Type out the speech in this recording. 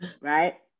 right